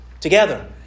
together